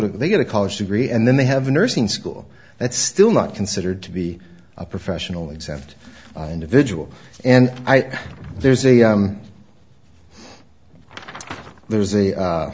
to they get a college degree and then they have a nursing school that's still not considered to be a professional exempt individual and there's a there's a